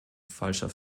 falscher